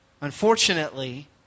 Unfortunately